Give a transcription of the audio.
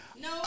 No